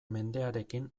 mendearekin